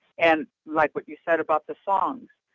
and, like what you said about the song.